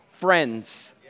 friends